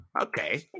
Okay